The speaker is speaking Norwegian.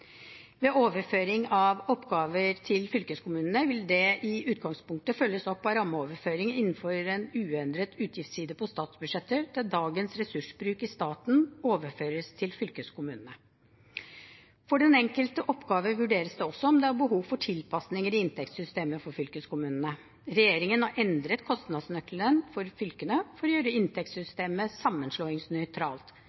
Ved overføring av oppgaver til fylkeskommunene vil det i utgangspunktet følges opp av rammeoverføringer innenfor en uendret utgiftsside på statsbudsjettet, der dagens ressursbruk i staten overføres til fylkeskommunene. For den enkelte oppgave vurderes det også om det er behov for tilpasninger i inntektssystemet for fylkeskommunene. Regjeringen har endret kostnadsnøkkelen for fylkene for å gjøre